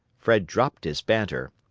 fred dropped his banter.